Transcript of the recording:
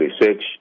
research